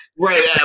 Right